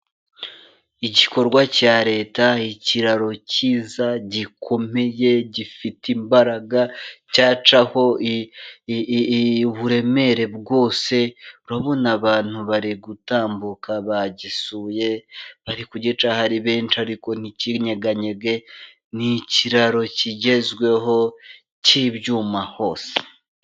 Igikorwa cya Leta, ikiraro kiyiza gikomeye gifite imbaraga, cyacaho uburemere bwose urobona abantu bari gutambuka bagisuye, bari kugicaho ari benshi ariko nticyeganyege ni ikiraro kigezweho cy'ibyuma hose.